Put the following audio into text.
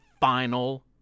final